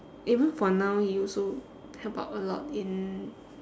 even for now he also help out a lot in